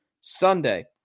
Sunday